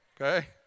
okay